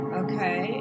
okay